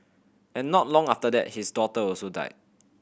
and not long after that his daughter also died